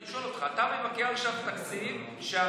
אני שואל אותך, אתה מבקר עכשיו תקציב שעבר.